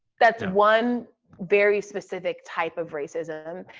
that's one very specific type of racism.